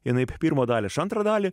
jinai pirmą dalį antrą dalį